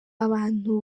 abantu